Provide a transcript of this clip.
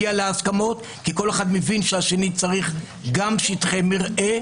גם כשהדברים שאמרת בעינינו היו לא ראויים,